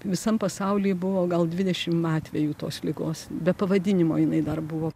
visam pasauly buvo gal dvidešimt atvejų tos ligos be pavadinimo jinai dar buvo